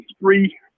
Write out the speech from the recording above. three